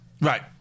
Right